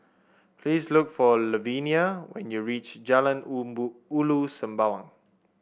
please look for Lavenia when you reach Jalan Ulu Sembawang